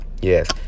Yes